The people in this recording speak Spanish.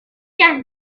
jazz